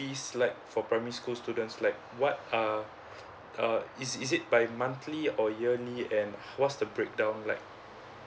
fees like for primary school students like what are uh is is it by monthly or yearly and what's the breakdown like